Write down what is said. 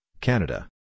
Canada